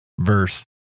verse